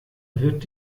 wird